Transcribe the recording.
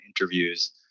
interviews